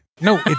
no